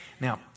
Now